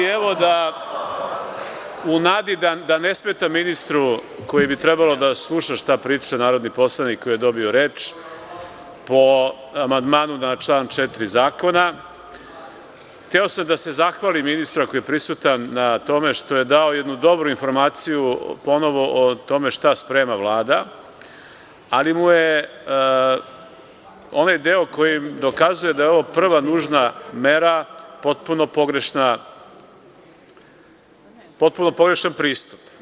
U nadi da ne smetam ministru koji bi trebalo da sluša šta priča narodni poslanik koji je dobio reč, po amandmanu na član 4. zakona, hteo sam da se zahvalim ministru na tome što je dao jednu dobru informaciju o tome šta sprema Vlada, ali mu je onaj deo koji dokazuje da je ovo prva nužna mera potpuno pogrešan pristup.